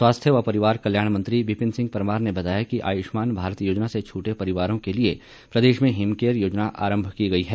स्वास्थ्य व परिवार कल्याण मंत्री विपिन सिंह परमार ने बताया कि आयुष्मान भारत योजना से छूटे परिवारों के लिए प्रदेश में हिमकेयर योजना आरम्भ की गई है